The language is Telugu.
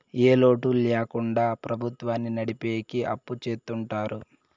ఏ లోటు ల్యాకుండా ప్రభుత్వాన్ని నడిపెకి అప్పు చెత్తుంటారు